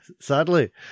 sadly